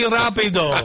rápido